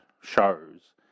shows